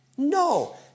No